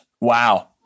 Wow